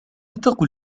تقل